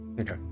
Okay